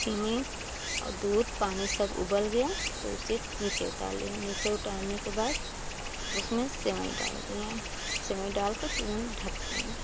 चीनी और दूध पानी सब उबल गया तो उसे नीचे उतार लिए नीच उतारने के बाद उसमें सेवई डाल दिए सेवई डाल के तुरंत ढँक दिए